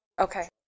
Okay